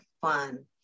fun